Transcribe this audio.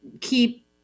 keep